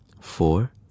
four